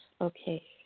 okay